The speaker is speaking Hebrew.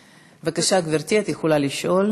בבקשה, גברתי, את יכולה לשאול.